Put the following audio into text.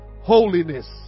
holiness